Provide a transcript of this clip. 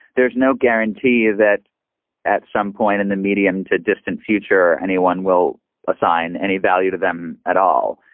there's no guarantee that at some point in the medium to distant future, anyone will assign any value to them at all.